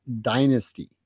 dynasty